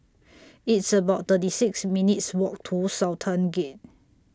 It's about thirty six minutes' Walk to Sultan Gate